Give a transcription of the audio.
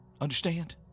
understand